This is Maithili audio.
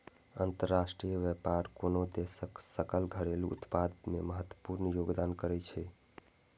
अंतरराष्ट्रीय व्यापार कोनो देशक सकल घरेलू उत्पाद मे महत्वपूर्ण योगदान करै छै